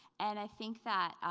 and i think that,